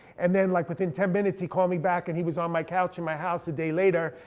and then like within ten minutes he called me back, and he was on my couch in my house a day later.